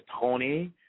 Tony